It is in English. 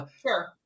Sure